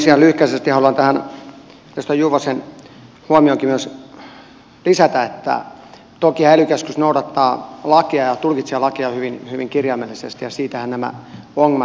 ihan lyhkäisesti haluan tähän edustaja juvosen huomioon lisätä että tokihan ely keskus noudattaa lakia ja tulkitsee lakia hyvin kirjaimellisesti ja siitähän nämä ongelmat johtuvat